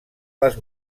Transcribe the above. les